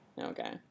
Okay